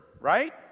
right